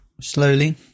Slowly